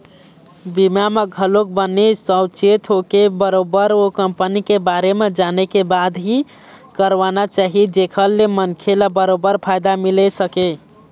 बीमा ल घलोक बने साउचेत होके बरोबर ओ कंपनी के बारे म जाने के बाद ही करवाना चाही जेखर ले मनखे ल बरोबर फायदा मिले सकय